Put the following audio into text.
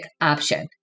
option